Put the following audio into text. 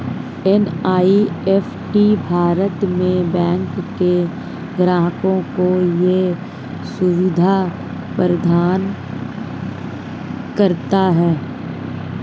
NEFT Bharat में bank के ग्राहकों को ये सुविधा प्रदान करता है